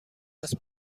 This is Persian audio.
است